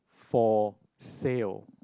for sale